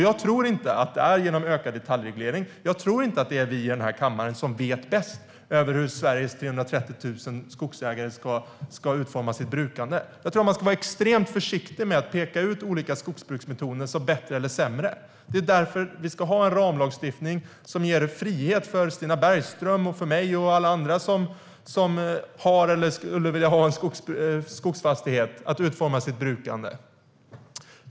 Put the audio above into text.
Jag tror inte att det är med hjälp av ökad detaljreglering eller att vi i kammaren vet bäst hur Sveriges 330 000 skogsägare ska utforma sitt brukande. Man ska vara extremt försiktig med att peka ut olika skogsbruksmetoder som bättre eller sämre. Det är därför det ska finnas en ramlagstiftning som ger frihet för Stina Bergström, mig och alla andra som har eller skulle vilja ha en skogsfastighet att utforma vårt brukande.